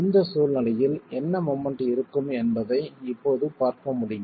இந்த சூழ்நிலையில் என்ன மொமெண்ட் இருக்கும் என்பதை இப்போது பார்க்க முடியும்